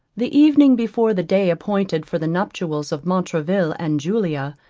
the evening before the day appointed for the nuptials of montraville and julia,